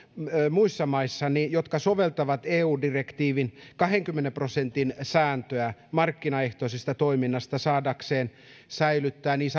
muihin maihin jotka soveltavat eu direktiivin kahdenkymmenen prosentin sääntöä markkinaehtoisesta toiminnasta saadakseen säilyttää niin